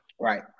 Right